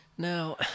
Now